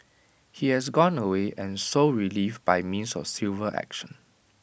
he has gone away and sought relief by means of civil action